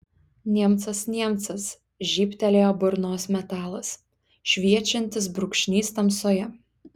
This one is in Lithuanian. niemcas niemcas žybtelėjo burnos metalas šviečiantis brūkšnys tamsoje